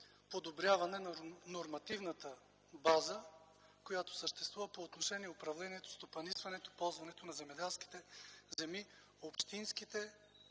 подобряване на нормативната база, която съществува по отношение управлението, стопанисването и ползването на общинските земеделски